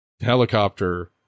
helicopter